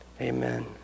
Amen